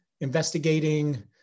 investigating